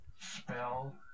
Spell